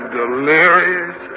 delirious